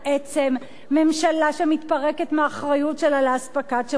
ממשלה שמתפרקת מהאחריות שלה לאספקת שירותים ציבוריים.